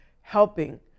helping